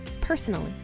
personally